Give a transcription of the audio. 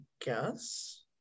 guess